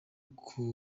kuja